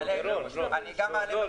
רון,